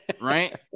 right